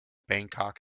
bangkok